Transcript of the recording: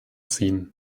ziehen